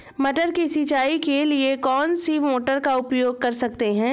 मटर की सिंचाई के लिए कौन सी मोटर का उपयोग कर सकते हैं?